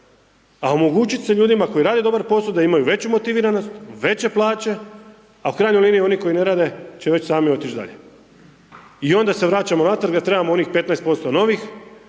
a omogućit se ljudima koji rade dobar posao da imaju veću motiviranost, veće plaće, a u krajnjoj liniji oni koji ne rade će već sami otić dalje. I onda se vraćamo natrag da trebamo onih 15% novih